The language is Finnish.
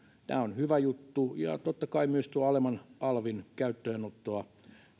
tämä on hyvä juttu ja totta kai myös alemman alvin käyttöönottoa